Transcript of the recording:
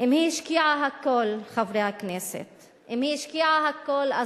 אם היא השקיעה הכול אז בטח